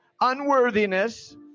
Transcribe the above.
unworthiness